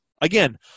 again